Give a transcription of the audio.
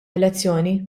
elezzjoni